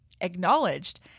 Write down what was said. acknowledged